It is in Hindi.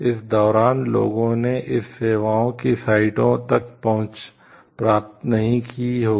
इस दौरान लोगों ने इन सेवाओं की साइटों तक पहुँच प्राप्त नहीं की होगी